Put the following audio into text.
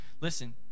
Listen